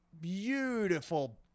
beautiful